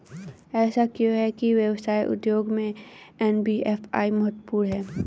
ऐसा क्यों है कि व्यवसाय उद्योग में एन.बी.एफ.आई महत्वपूर्ण है?